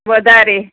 વધારે